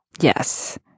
Yes